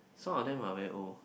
some of them are very old